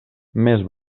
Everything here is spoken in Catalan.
més